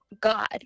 God